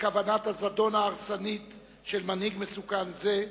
בכוונת הזדון ההרסנית של מנהיג מסוכן זה,